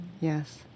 yes